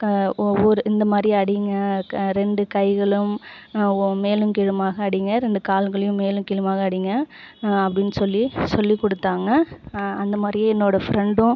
ஒரு இந்தமாதிரி அடிங்க ரெண்டு கைகளும் மேலும் கீழுமாக அடிங்க ரெண்டு கால்களையும் மேலும் கீழுமாக அடிங்க அப்படின் சொல்லி சொல்லி கொடுத்தாங்க அந்தமாதிரியே என்னோட ஃப்ரெண்டும்